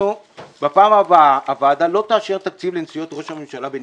בפעם הבאה הוועדה לא תאשר תקציב לנסיעות ראש הממשלה בנפרד.